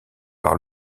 par